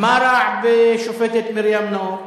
מה רע בשופטת מרים נאור?